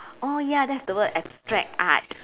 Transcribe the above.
oh ya that's the word abstract art